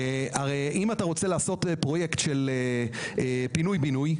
הרי אם אתה רוצה לעשות פרויקט של פינוי בינוי,